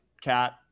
cat